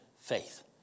faith